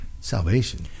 Salvation